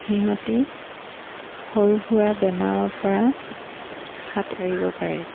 সিহঁতে সৰু সুৰা বেমাৰৰ পৰা হাত সাৰিব পাৰে